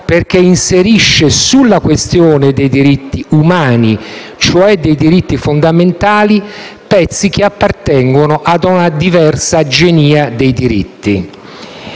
giorno inserisce nella questione dei diritti umani, cioè dei diritti fondamentali, pezzi che appartengono ad una diversa genia dei diritti.